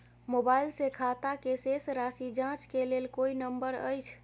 Mobile से खाता के शेस राशि जाँच के लेल कोई नंबर अएछ?